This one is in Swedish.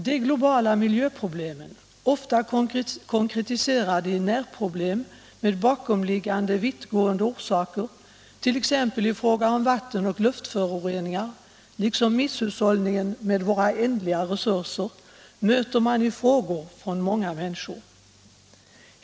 De globala miljöproblemen, ofta konkretiserade i närproblem med bakomliggande vittgående orsaker t.ex. i fråga om vatten och luftföroreningar liksom misshushållningen med våra ändliga resurser, möter man i frågor från många människor.